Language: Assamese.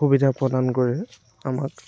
সুবিধা প্ৰদান কৰে আমাক